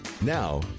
now